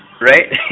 Right